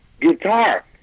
guitar